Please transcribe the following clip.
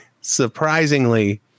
surprisingly